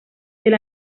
del